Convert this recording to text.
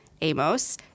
Amos